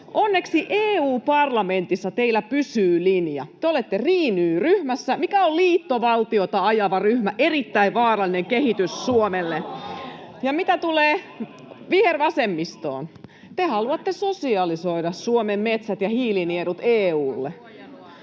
Onneksi EU-parlamentissa teillä pysyy linja: te olette Renew-ryhmässä, mikä on liittovaltiota ajava ryhmä — erittäin vaarallinen kehitys Suomelle. [Eduskunnasta: Ohoh! — Välihuutoja] Mitä tulee vihervasemmistoon, niin te haluatte sosialisoida Suomen metsät ja hiilinielut EU:lle